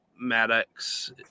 Maddox